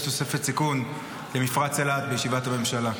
תוספת סיכון במפרץ אילת בישיבת הממשלה?